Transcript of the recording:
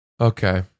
Okay